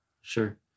Sure